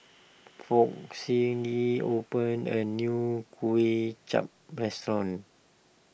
Foch opened a new Kuay Chap restaurant